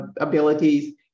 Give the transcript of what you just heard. abilities